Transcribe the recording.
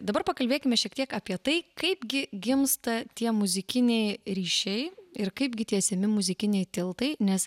dabar pakalbėkime šiek tiek apie tai kaipgi gimsta tie muzikiniai ryšiai ir kaipgi tiesiami muzikiniai tiltai nes